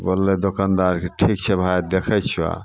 बोललै दोकनदार कि ठीक छै भाइ देखै छिअऽ